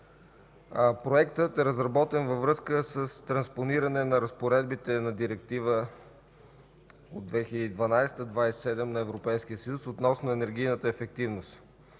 Проектът e разработен във връзка с транспониране на разпоредбите на Директива 2012/27/ЕС относно енергийната ефективност.